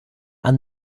and